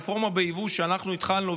הרפורמה ביבוא שאנחנו התחלנו,